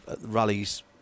rallies